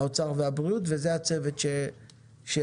האוצר והבריאות, וזה הצוות שמקימים.